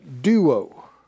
duo